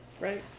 right